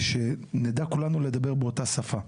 שנדע כולנו לדבר באותה השפה.